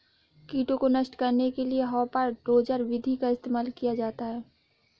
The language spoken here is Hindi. कीटों को नष्ट करने के लिए हापर डोजर विधि का इस्तेमाल किया जाता है